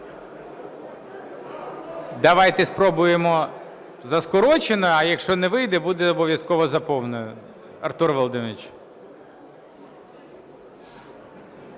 Давайте спробуємо за скороченою, а якщо не вийде, буде обов'язково за повною, Артур Володимирович.